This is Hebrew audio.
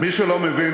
מי שלא מבין,